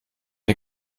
die